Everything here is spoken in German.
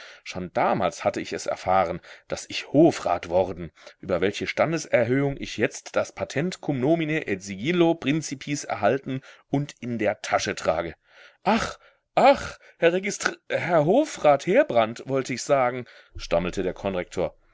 schon damals hatte ich es erfahren daß ich hofrat worden über welche standeserhöhung ich jetzt das patent cum nomine et sigillo principis erhalten und in der tasche trage ach ach herr registr herr hofrat heerbrand wollte ich sagen stammelte der konrektor